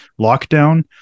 lockdown